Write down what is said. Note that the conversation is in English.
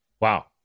Wow